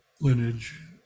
lineage